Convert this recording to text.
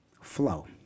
flow